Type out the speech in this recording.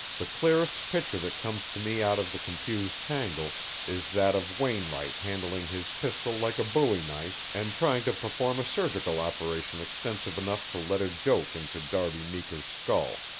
the clearest picture that comes to me out of the confused tangle is that of wainwright handling his pistol like a bowie knife, and trying to perform a surgical operation extensive enough to let a joke into darby meeker's skull.